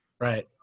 right